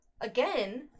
again